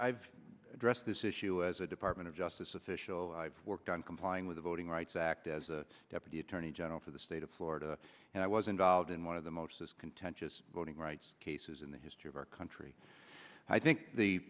i've addressed this issue as a department of justice official i've worked on complying with the voting rights act as a deputy attorney general for the state of florida and i was involved in one of the most contentious voting rights cases in the history of our country and i think the